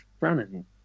running